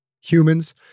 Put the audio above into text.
Humans